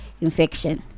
infection